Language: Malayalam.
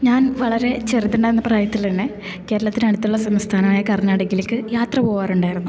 ഞാൻ വളരെ ചെറിതിണ്ടായിരുന്ന പ്രായത്തില് തന്നെ കേരളത്തിനടുത്തുള്ള സംസ്ഥാനായ കർണാടകയിലേക്ക് യാത്ര പോകാറണ്ടായിരുന്നു